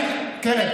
קרן.